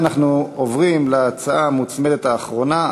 ואנחנו עוברים להצעה המוצמדת האחרונה,